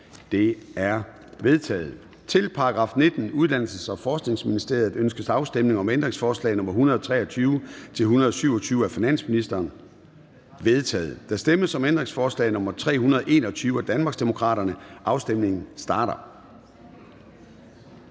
De er vedtaget. Til § 29. Klima-, Energi- og Forsyningsministeriet. Ønskes afstemning om ændringsforslag nr. 196-207 af finansministeren? De er vedtaget. Der stemmes om ændringsforslag nr. 330 af Danmarksdemokraterne. Afstemningen starter.